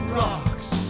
rocks